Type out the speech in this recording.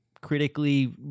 critically